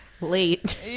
Late